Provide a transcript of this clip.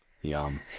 Yum